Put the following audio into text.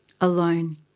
alone